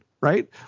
right